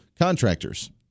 contractors